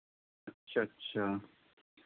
अच्छा अच्छा